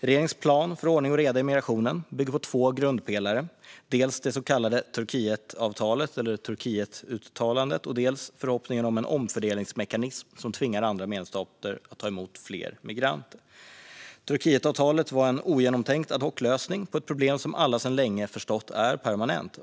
Regeringens plan för ordning och reda i migrationen bygger på två grundpelare, dels det så kallade Turkietavtalet eller Turkietuttalandet, dels förhoppningen om en omfördelningsmekanism som tvingar andra medlemsstater att ta emot fler migranter. Turkietavtalet var en ogenomtänkt ad hoc-lösning på ett problem som alla sedan länge förstått är permanent.